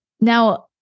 Now